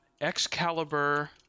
Excalibur